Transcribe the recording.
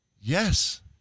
Yes